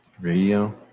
radio